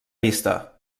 vista